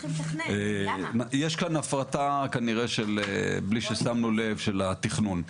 יש כאן הפרטה כנראה, בלי ששמנו לב, של התכנון.